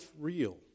real